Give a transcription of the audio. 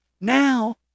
Now